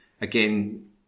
again